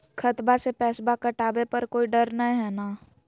खतबा से पैसबा कटाबे पर कोइ डर नय हय ना?